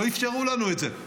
לא אפשרו לנו את זה.